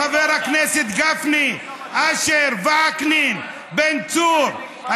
שומעים, חברי הכנסת גפני, אשר, וקנין, בן צור?